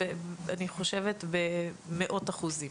אני חושבת שבמאות אחוזים.